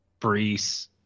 Brees